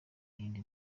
yindi